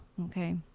okay